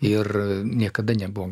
ir niekada nebuvo